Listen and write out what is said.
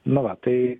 nu va tai